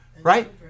right